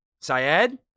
Syed